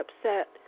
upset